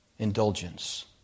Indulgence